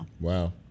Wow